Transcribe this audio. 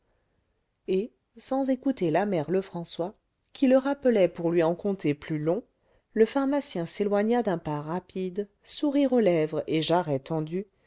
et sans écouter la mère lefrançois qui le rappelait pour lui en conter plus long le pharmacien s'éloigna d'un pas rapide sourire aux lèvres et jarret tendu